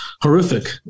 Horrific